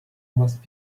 must